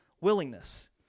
willingness